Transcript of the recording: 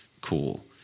cool